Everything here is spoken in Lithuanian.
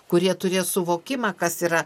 kurie turės suvokimą kas yra